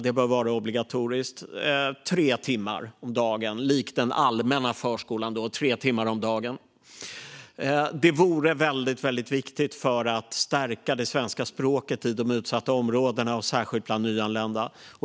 Det bör vara obligatoriskt tre timmar om dagen, likt den allmänna förskolan. Det vore väldigt viktigt för att stärka det svenska språket i de utsatta områdena och särskilt bland nyanlända.